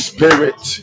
Spirit